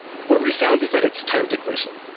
what we found is that it's time-to-collision.